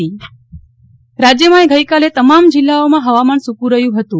નેહ્લ ઠક્કર રાજ્યમાં ગઈકાલે તમામ જિલ્લાઓમાં હવામાન સુક્ર રહ્યું હતું